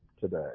today